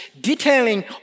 detailing